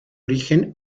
origen